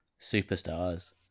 superstars